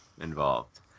involved